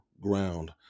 ground